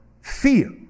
fear